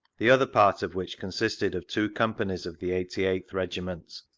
the other part of which con sisted of two companies of the eighty eighth regiment.